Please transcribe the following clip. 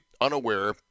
unaware